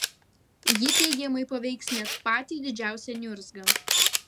ji teigiamai paveiks net patį didžiausią niurzgą